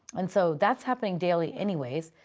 and so that's happening daily anyways.